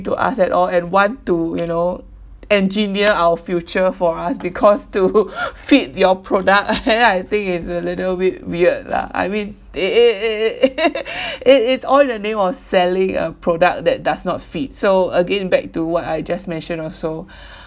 to us at all and want to you know engineer our future for us because to fit your product and then I think it's a little bit weird lah I mean it it it it is all in the name of selling a product that does not fit so again back to what I just mention also